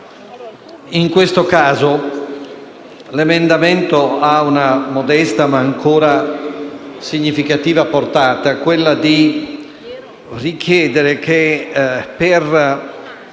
in questo caso l'emendamento ha una modesta, ma ancora significativa portata, ossia quella di richiedere che, per